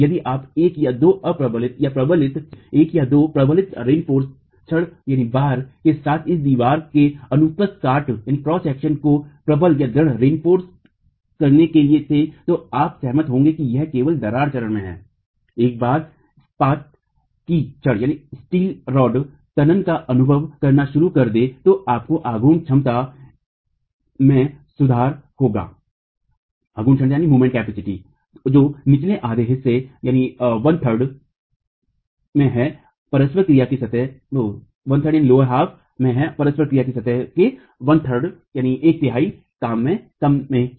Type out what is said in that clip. यदि आप एक या दो प्रबलित छड के साथ इस दीवार के अपुप्रस्थ काट को प्रबलसुदृढ़ करने के लिए थे तो आप सहमत होंगे कि यह केवल दरार चरण में है एक बार स्पाट कि छड तनन का अनुभव करना शुरू कर दे तो आपको आघूर्ण क्षमता में सुधार होगा जो निचले आधे हिस्से में है परस्पर क्रिया की सतह के एक तिहाई कम में ही